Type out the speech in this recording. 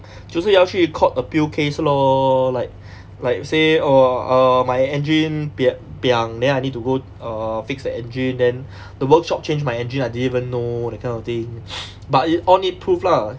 就是要去 court appeal case lor like like say oh uh my engine pi~ piang then I need to go err fix the engine then the workshop changed my engine I didn't even know that kind of thing but then all need proof lah